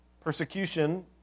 persecution